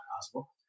possible